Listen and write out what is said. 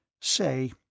Say